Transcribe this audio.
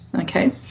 Okay